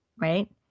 right